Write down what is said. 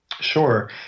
Sure